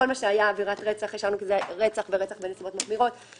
שכל מה שהיה עבירת רצח השארנו כי זה היה רצח ורצח בנסיבות מחמירות.